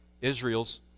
Israel's